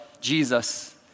Jesus